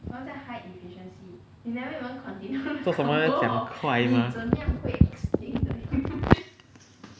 cause 我们讲很快 mah